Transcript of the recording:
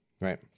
Right